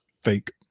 Fake